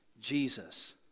Jesus